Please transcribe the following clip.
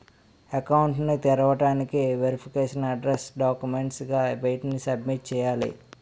Account ను తెరవటానికి verification address documents గా వేటిని సబ్మిట్ చేయాలి?